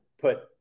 put